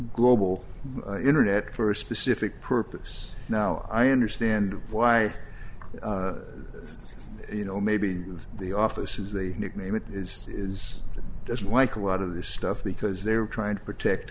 global internet for a specific purpose now i understand why you know maybe the office is the nickname it is is doesn't like a lot of this stuff because they're trying to protect